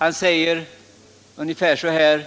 Han säger: ”Men nog måste det sägas